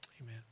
amen